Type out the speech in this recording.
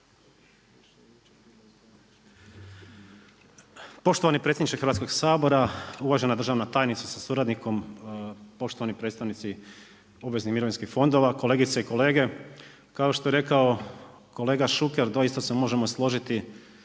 Poštovani predsjedniče Hrvatskog sabora, uvažena državna tajnice sa suradnikom, poštovani predstavnici obveznih mirovinskih fondova, kolegice i kolege. Kao što je rekao kolega Šuker, doista se možemo složiti